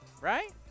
right